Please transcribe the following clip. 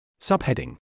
Subheading